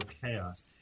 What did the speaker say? chaos